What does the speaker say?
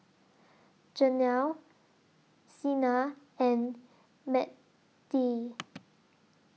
Janel Cena and Mattye